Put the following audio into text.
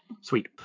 sweet